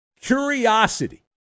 curiosity